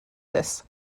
this